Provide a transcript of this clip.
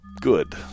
good